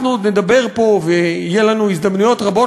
אנחנו עוד נדבר פה ויהיו לנו הזדמנויות רבות